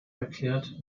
erklärt